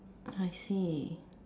I see